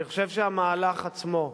אני חושב שהמהלך עצמו,